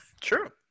True